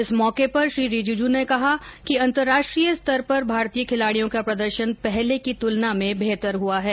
इस मौके पर श्री रिजीजू ने कहा कि अंतरराष्ट्रीय स्तर पर भारतीय खिलाड़ियों का प्रदर्शन पहले की तुलना में बेहतर हुआ है